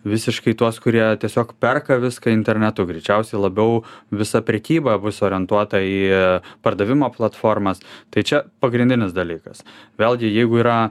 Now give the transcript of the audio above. visiškai tuos kurie tiesiog perka viską internetu greičiausiai labiau visa prekyba bus orientuota į pardavimo platformas tai čia pagrindinis dalykas vėlgi jeigu yra